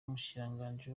umushikiranganji